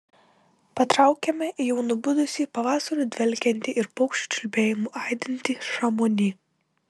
patraukėme į jau nubudusį pavasariu dvelkiantį ir paukščių čiulbėjimu aidintį šamoni